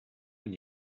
when